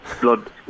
blood